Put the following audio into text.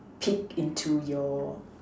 peek into your